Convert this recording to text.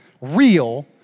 real